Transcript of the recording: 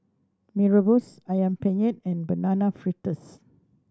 Mee Rebus Ayam Penyet and Banana Fritters